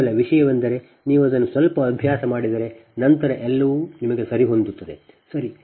ಕೇವಲ ವಿಷಯವೆಂದರೆ ನೀವು ಅದನ್ನು ಸ್ವಲ್ಪ ಅಭ್ಯಾಸ ಮಾಡಿದರೆ ನಂತರ ಎಲ್ಲವೂ ನಿಮಗೆ ಸರಿಹೊಂದುತ್ತದೆ ಸರಿ